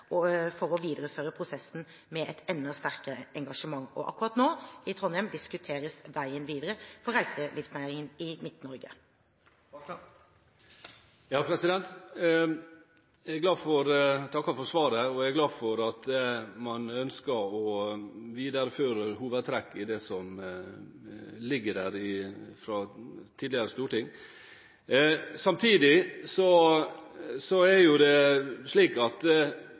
for å videreføre prosessen med et enda sterkere engasjement. Og akkurat nå, i Trondheim, diskuteres veien videre for reiselivsnæringen i Midt-Norge. Jeg takker for svaret, og jeg er glad for at man ønsker å videreføre hovedtrekk i det som ligger der fra tidligere storting. Samtidig er det slik at så lenge man ikke viser at